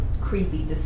creepy